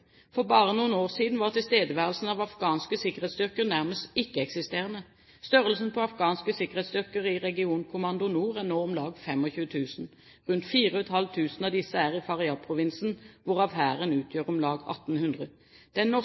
For bare noen år siden var tilstedeværelsen av afghanske sikkerhetsstyrker nærmest ikke-eksisterende. Størrelsen på afghanske sikkerhetsstyrker i Regionkommando Nord er nå om lag 25 000. Rundt 4 500 av disse er i Faryab-provinsen, hvorav hæren utgjør om lag 1 800. Den